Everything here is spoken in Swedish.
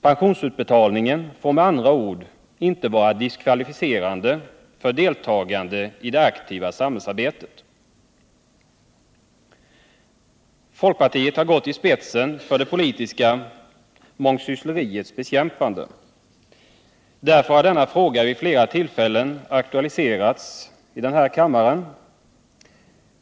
Pensionsutbetalningen får med andra ord inte vara diskvalificerande för deltagande i det aktiva samhällsarbetet. Folkpartiet har gått i spetsen för det politiska mångsyssleriets bekämpande. Därför har denna fråga vid flera tillfällen aktualiserats i denna kammare.